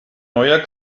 neuer